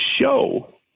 show